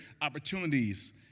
opportunities